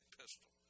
pistol